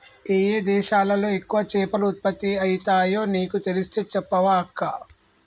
ఏయే దేశాలలో ఎక్కువ చేపలు ఉత్పత్తి అయితాయో నీకు తెలిస్తే చెప్పవ అక్కా